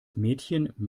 mädchen